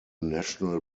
national